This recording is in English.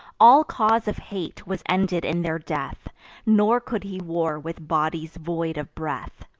all cause of hate was ended in their death nor could he war with bodies void of breath.